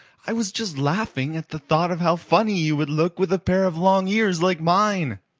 i was just laughing, at the thought of how funny you would look with a pair of long ears like mine.